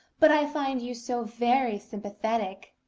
but i find you so very sympathetic!